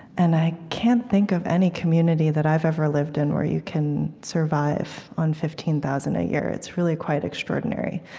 and i can't think of any community that i've ever lived in where you can survive on fifteen thousand dollars a year. it's really quite extraordinary.